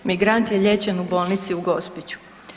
Migrant je liječen u bolnici u Gospiću.